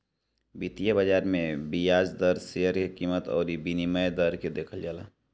वित्तीय बाजार में बियाज दर, शेयर के कीमत अउरी विनिमय दर के देखल जाला